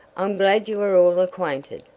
i'm glad you are all acquainted,